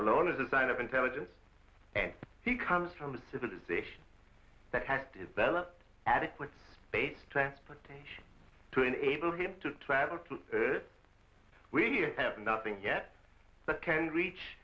alone is a sign of intelligence and he comes from a civilization that has developed adequate basic transportation to enable him to travel to we have nothing yet but can reach